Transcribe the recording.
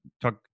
talk